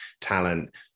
talent